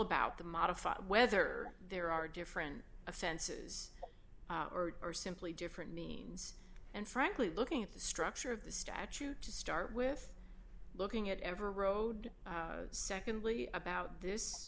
about the modified whether there are different offenses or are simply different means and frankly looking at the structure of the statute to start with looking at ever road secondly about this